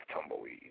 Tumbleweed